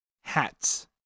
Hats